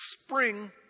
spring